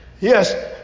yes